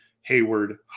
Hayward